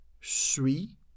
suis